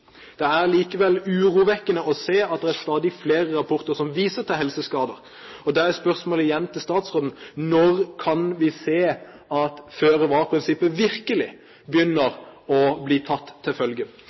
Det er likevel urovekkende å se at det er stadig flere rapporter som viser til helseskader. Da er spørsmålet igjen til statsråden: Når kan vi se at føre-var-prinsippet virkelig begynner